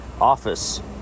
office